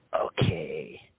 Okay